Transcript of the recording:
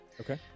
Okay